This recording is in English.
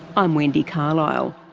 i'm wendy carlisle.